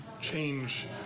change